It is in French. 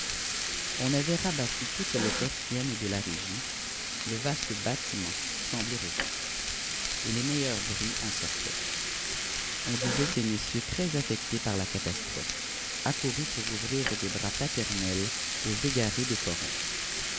on avait rabattu toutes les persiennes de la régie le vaste bâtiment semblait revivre et les meilleurs bruits en sortaient on disait ces messieurs très affectés par la catastrophe accourus pour ouvrir des bras paternels aux égarés des corons